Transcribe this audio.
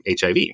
HIV